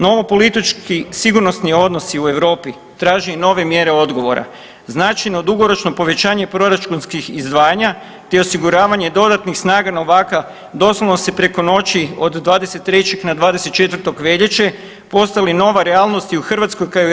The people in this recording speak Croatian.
Novo politički sigurnosni odnosi u Europi traže i nove mjere odgovora, značajno dugoročno povećanje proračunskih izdvajanja te osiguravanje dodatnih snaga novaka doslovno se preko noći od 23. na 24. veljače postali nova realnost i u Hrvatskoj kao i u EU.